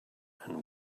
and